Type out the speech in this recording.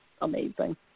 amazing